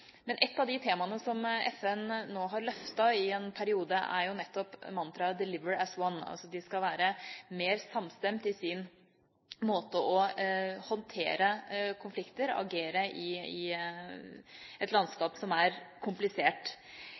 Men et av de temaene som FN nå har løftet i en periode, er nettopp mantraet «Deliver as One», altså at de skal være mer samstemte i sin måte å håndtere konflikter på og agere i et landskap som er komplisert.